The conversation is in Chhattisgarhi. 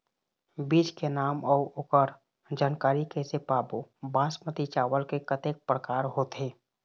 बीज के नाम अऊ ओकर जानकारी कैसे पाबो बासमती चावल के कतेक प्रकार होथे?